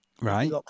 Right